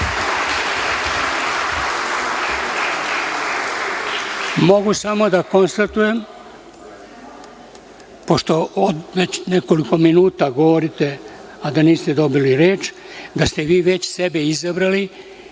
Mogu samo da konstatujem, pošto već nekoliko minuta govorite a da niste dovili reč, da ste vi već sebe izabrali